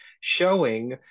showing